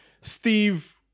Steve